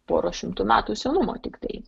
pora šimtų metų senumo tiktai